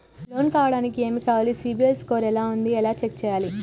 Loan కావడానికి ఏమి కావాలి సిబిల్ స్కోర్ ఎలా ఉంది ఎలా చెక్ చేయాలి?